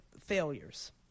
failures